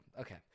Okay